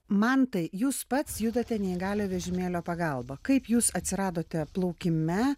mantai jūs pats judate neįgaliojo vežimėlio pagalba kaip jūs atsiradote plaukime